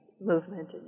movement